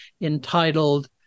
entitled